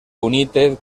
united